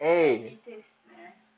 like it taste sucks man